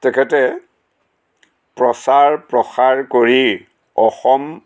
তেখেতে প্ৰচাৰ প্ৰসাৰ কৰি অসম